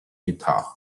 guitar